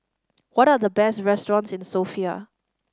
what are the best restaurants in the Sofia